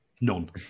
None